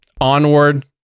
Onward